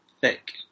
thick